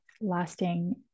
lasting